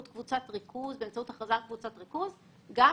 - גם אם זה קצת יותר לאט ודורש קצת יותר סבלנות - בעינינו זה יותר מדוד